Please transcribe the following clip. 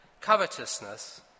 covetousness